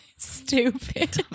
Stupid